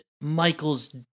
Michael's